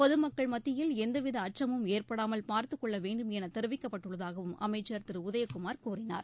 பொது மக்கள் மத்தியில் எவ்வித அச்சமும் ஏற்படாமல் பார்த்துக்கொள்ள வேண்டும் என தெரிவிக்கப்பட்டுள்ளதாகவும் அமைச்சர் திரு உதயகுமார் கூறினார்